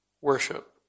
Worship